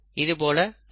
இதுபோல பல